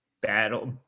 battle